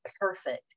perfect